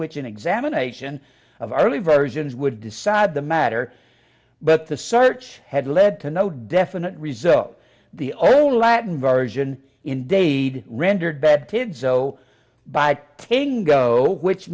which an examination of early versions would decide the matter but the search had led to no definite result the old latin version indeed rendered bad did so by tango which